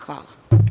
Hvala.